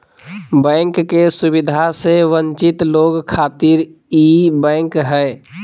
bank के सुविधा से वंचित लोग खातिर ई बैंक हय